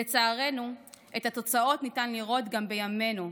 לצערנו, את התוצאות ניתן לראות גם בימינו,